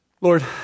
Lord